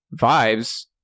vibes